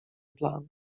plan